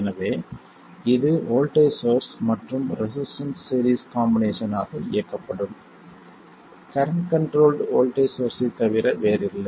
எனவே இது voltage source மற்றும் ரெசிஸ்டன்ஸ் சீரிஸ் காம்பினேஷன் ஆக இயக்கப்படும் கரண்ட் கண்ட்ரோல்ட் வோல்ட்டேஜ் சோர்ஸ்ஸைத் தவிர வேறில்லை